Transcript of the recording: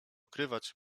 ukrywać